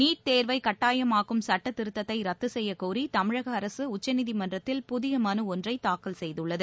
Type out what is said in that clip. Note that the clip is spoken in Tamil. நீட் தேர்வை கட்டாயமாக்கும் சட்டத்திருத்ததை ரத்து செய்யக் கோரி தமிழக அரசு உச்சநீதிமன்றத்தில் புதிய மனு ஒன்றை தாக்கல் செய்துள்ளது